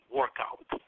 workout